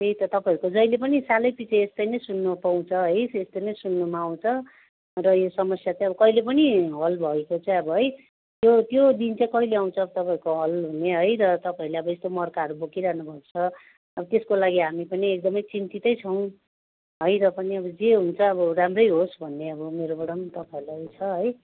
त्यही त तपाईँहरूको जहिल्यै पनि सालैपिच्छे यस्तै नै सुन्नु पाउँछ है यस्तै नै सुन्नुमा आउँछ र यो समस्या चाहिँ अब कहिले पनि हल भएको चाहिँ अब है त्यो त्यो दिन चाहिँ कहिले आउँछ तपाईँहरूको हल हुने है र तपाईँहरूले अब यस्तो मर्काहरू बोकिरहनु भएको छ अब त्यसको लागि हामी पनि एकदमै चिन्तितै छौँ है र पनि अब जे हुन्छ अब राम्रै होस् भन्ने अब मेरोबाट पनि तपाईँहरूलाई छ है